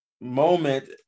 moment